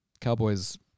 Cowboy's